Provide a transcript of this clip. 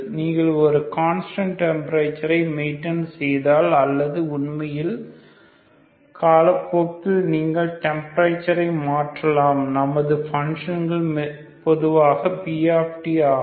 நீங்கள் ஒரு கான்ஸ்டன்ட் டெம்பரேச்சரை மெய்டைன் செய்தால் அல்லது உண்மையில் காலப்போக்கில் நீங்கள் டெம்பரேச்சர் ஐ மாற்றலாம் நமது ஃபங்ஷன் பொதுவாக p ஆகும்